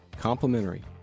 Complimentary